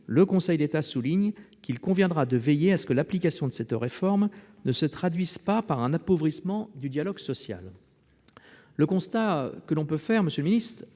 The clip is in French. le Conseil d'État souligne qu'il conviendra de veiller à ce que l'application de cette réforme ne se traduise pas par un appauvrissement du dialogue social. Le constat que l'on peut faire, monsieur le secrétaire